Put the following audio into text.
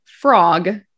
frog